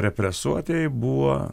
represuotieji buvo